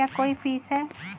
क्या कोई फीस है?